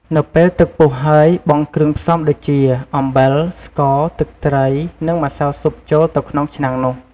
នៅពេលទឹកពុះហើយ បង់គ្រឿងផ្សំដូចជា អំបិល ស្ករ ទឹកត្រី និងម្សៅស៊ុបចូលទៅក្នុងឆ្នាំងនោះ។